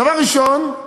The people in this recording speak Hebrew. דבר ראשון,